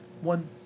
one